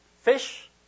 fish